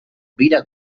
bira